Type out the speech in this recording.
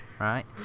right